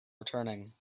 returning